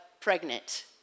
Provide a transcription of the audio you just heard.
pregnant